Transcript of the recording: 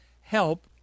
help